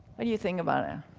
what do you think about ah